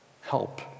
Help